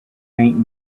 faint